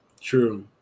True